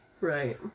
Right